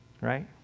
right